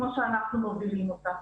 כמו שאנחנו מובילים אותה,